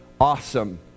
awesome